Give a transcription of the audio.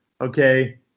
Okay